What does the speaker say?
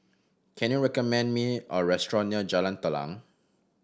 can you recommend me a restaurant near Jalan Telang